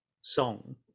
song